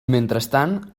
mentrestant